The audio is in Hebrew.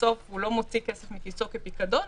בסוף הוא לא מוציא כסף מכיסו כפיקדון,